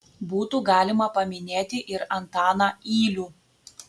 būtų galima paminėti ir antaną ylių